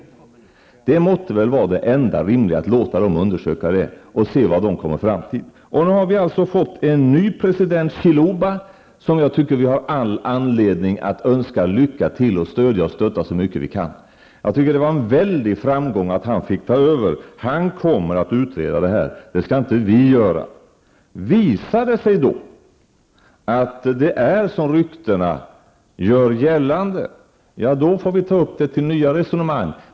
Det enda rimliga måtte väl vara att låta den nuvarande regeringen undersöka frågan och att se vad den kommer fram till. Zambia har nu alltså en ny president, Chiluba, som vi enligt min uppfattning har all anledning att önska lycka till och att stödja och stötta så mycket vi kan. Jag tycker att det var en väldig framgång att han fick ta över. Han kommer att utreda denna fråga. Det skall inte vi göra. Visar det sig sedan att det är så som ryktena gör gällande, då får vi ta upp frågan till nya resonemang.